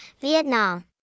Vietnam